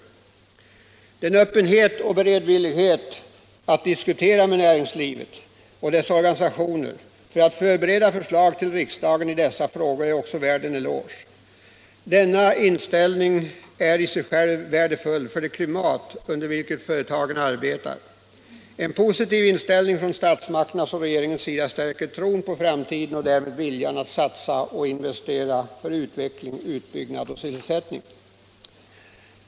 Regeringens öppenhet och beredvillighet att diskutera med näringslivet och dess organisationer för att förbereda förslag till riksdagen i dessa frågor är också värda en eloge. Denna inställning är i sig själv värdefull för det klimat i vilket företagen arbetar. En positiv inställning från statsmakternas och regeringens sida stärker tron på framtiden och därmed viljan att satsa och investera för utveckling, utbyggnad och sysselsättning.